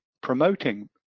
promoting